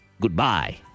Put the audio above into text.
goodbye